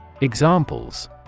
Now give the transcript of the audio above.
Examples